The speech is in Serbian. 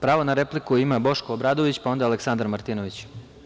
Pravo na repliku, Boško Obradović, pa onda Aleksandar Martinović.